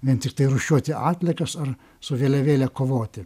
vien tiktai rūšiuoti atliekas ar su vėliavėle kovoti